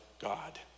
God